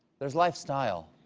there is lifestyle.